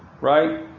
right